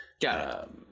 Got